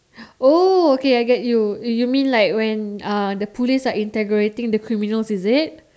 oh okay I get you you mean like when uh the police are interrogating the criminals is it